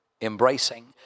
embracing